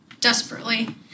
desperately